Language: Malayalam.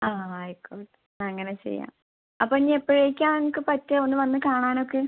ആ ആ അയക്കോ അങ്ങനെ ചെയ്യാം അപ്പം ഇനി എപ്പോഴെക്കാ ഇങ്ങൾക്ക് പറ്റാ ഒന്ന് വന്ന് കാണാനൊക്കെ